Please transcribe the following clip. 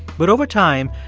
but over time,